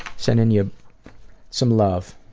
sending you some love.